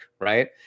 right